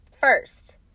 first